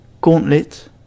gauntlet